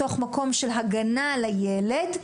מתוך מקום של הגנה על הילד,